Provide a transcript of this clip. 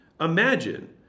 Imagine